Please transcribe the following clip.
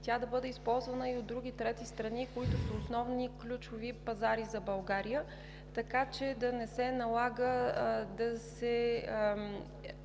да бъде използвана и от други, трети страни, които са основни и ключови пазари за България. Така няма да се налага да се